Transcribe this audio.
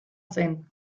zen